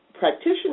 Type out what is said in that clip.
practitioner